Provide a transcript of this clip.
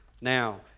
now